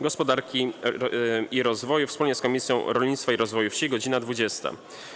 Gospodarki i Rozwoju wspólnie z Komisją Rolnictwa i Rozwoju Wsi - godz. 20.